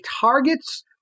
targets